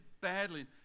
badly